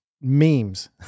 memes